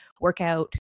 workout